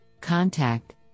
contact